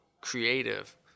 creative